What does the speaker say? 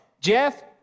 Jeff